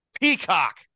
Peacock